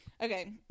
Okay